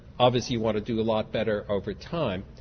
obviously you want to do a lot better over time.